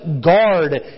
guard